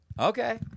Okay